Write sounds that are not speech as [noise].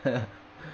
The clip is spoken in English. [laughs]